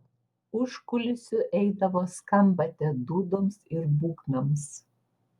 už kulisių eidavo skambate dūdoms ir būgnams